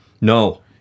No